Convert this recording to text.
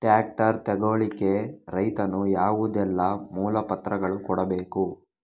Tractor ತೆಗೊಳ್ಳಿಕೆ ರೈತನು ಯಾವುದೆಲ್ಲ ಮೂಲಪತ್ರಗಳನ್ನು ಕೊಡ್ಬೇಕು?